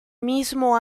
mismo